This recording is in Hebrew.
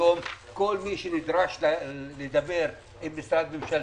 היום כל מי שנדרש לדבר עם משרד ממשלתי,